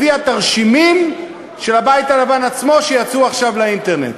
לפי התרשימים של הבית הלבן עצמו שיצאו עכשיו לאינטרנט.